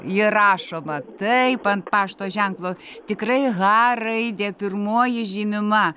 įrašoma taip ant pašto ženklo tikrai h raide pirmoji žymima